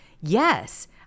yes